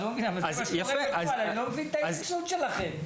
זה מה שקורה --- אני לא מבין את ההתעקשות שלכם.